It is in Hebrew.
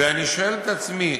ואני שואל את עצמי: